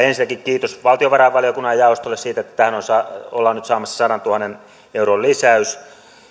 ensinnäkin kiitos valtiovarainvaliokunnan jaostolle siitä että tähän ollaan nyt saamassa sadantuhannen euron lisäys